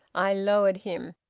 i lowered him.